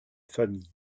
famille